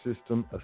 system